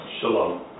Shalom